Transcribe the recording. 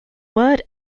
word